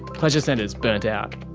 pleasure centres burnt out.